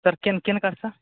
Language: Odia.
ସାର୍ କିନି୍ କିନ୍ କଥା